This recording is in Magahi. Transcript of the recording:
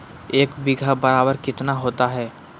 एक बीघा बराबर कितना होता है?